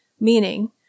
meaning